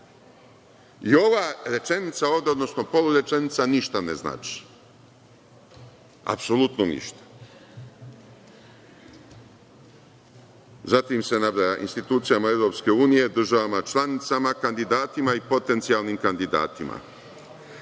odnosno polurečenica ništa ne znači, apsolutno ništa. Zatim se nabraja institucijama EU, državama članicama, kandidatima i potencijalnim kandidatima. Praćenje